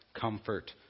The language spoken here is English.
comfort